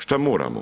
Šta moramo?